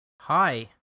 Hi